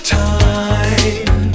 time